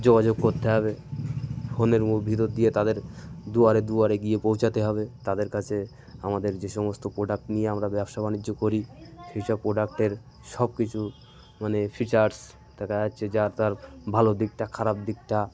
যোগাযোগ করতে হবে ফোনের মো ভিতর দিয়ে তাদের দুয়ারে দুয়ারে গিয়ে পৌঁছাতে হবে তাদের কাছে আমাদের যে সমস্ত প্রোডাক্ট নিয়ে আমরা ব্যবসা বাণিজ্য করি সেই সব প্রোডাক্টের সব কিছু মানে ফিচার্স তাতে দেখা যাচ্ছে যার তার ভালো দিকটা খারাপ দিকটা